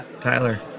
tyler